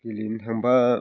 गेलेनो थांबा